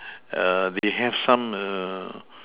err they have some err